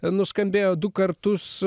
nuskambėjo du kartus